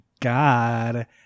God